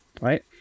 right